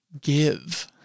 Give